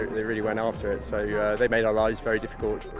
they really went after it, so yeah they made our lives very difficult.